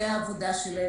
עבודתן.